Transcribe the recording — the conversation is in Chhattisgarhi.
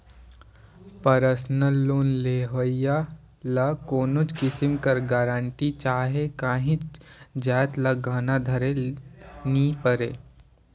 परसनल लोन लेहोइया ल कोनोच किसिम कर गरंटी चहे काहींच जाएत ल गहना धरे ले नी परे